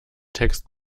text